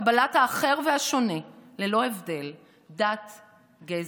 קבלת האחר והשונה, ללא הבדל דת, גזע,